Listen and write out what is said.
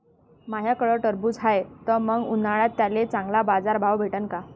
माह्याकडं टरबूज हाये त मंग उन्हाळ्यात त्याले चांगला बाजार भाव भेटन का?